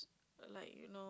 like you know